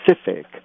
specific